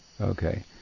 okay